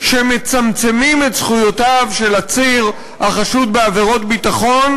שמצמצמים את זכויותיו של עציר החשוד בעבירות ביטחון,